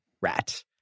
rat